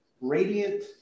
Radiant